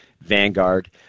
Vanguard